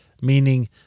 meaning